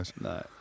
No